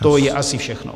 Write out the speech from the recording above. To je asi všechno.